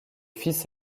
fils